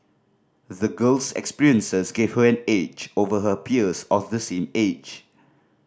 the girl's experiences give her an edge over her peers of the same age